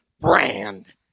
brand